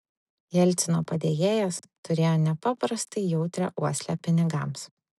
jelcino padėjėjas turėjo nepaprastai jautrią uoslę pinigams